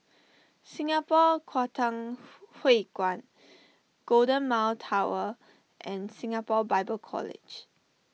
Singapore Kwangtung Hui Kuan Golden Mile Tower and Singapore Bible College